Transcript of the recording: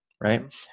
right